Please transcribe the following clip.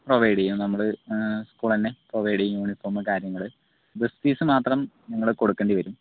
provide ചെയ്യും നമ്മൾ provide ചെയ്യും യൂണിഫോം കാര്യങ്ങൾ ബസ് ഫീസ് മാത്രം നിങ്ങൾ കൊടുക്കണ്ടി വരും